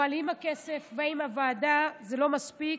אבל עם הכסף ועם הוועדה זה לא מספיק,